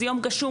זה יום גשום,